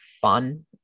fun